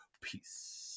Peace